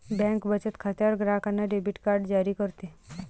bank बचत खात्यावर ग्राहकांना डेबिट कार्ड जारी करते